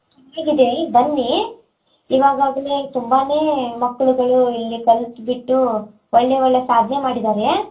ಚೆನ್ನಾಗಿದೆ ಬನ್ನಿ ಇವಾಗಾಗಲೆ ತುಂಬಾ ಮಕ್ಳು ಇಲ್ಲಿ ಕಲ್ತು ಬಿಟ್ಟು ಒಳ್ಳೆಯ ಒಳ್ಳೆಯ ಸಾಧನೆ ಮಾಡಿದ್ದಾರೆ